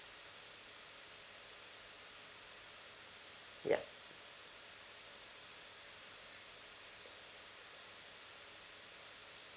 yup